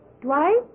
Dwight